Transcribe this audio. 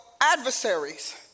adversaries